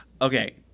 Okay